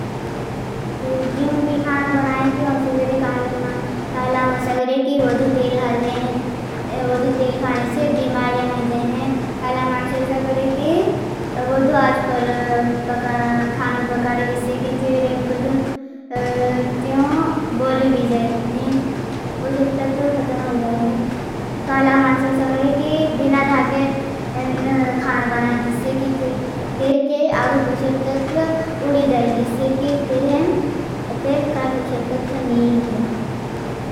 जिओस भी खानों जिओस सगरे कहलूमा। कहलंग वसागे कि वडु तेल काला ले। वडु तेल खाने से बिमार्य है जाने। आज पर फकाडा खानवन फकाड। जिससे की खेक्लें मनशलसा करे। कि वाथो आज पार पखड़ा। खानुव पकड़ी जिसे केई इशे हराम कुट्टू चियदों बोलभि जाए। ये इशे हरहयाम कुत्थुण चियोदों बोला भी जाए। पोशेड तत्व खातुम है जाए।